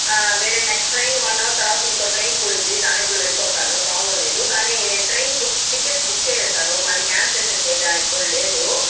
ఆ వేరే next train one hour తర్వాత ఇంకో ట్రైన్ కూడా ఉంది దాని కూడ వెళ్ళిపోతాను ప్రాబ్లం లేదు కానీ నేను ట్రైన్ బుక్ టికెట్స్ బుక్ చేసేశాను మళ్ళీ క్యాన్సిలేషన్ చేయడానికి కూడా లేదు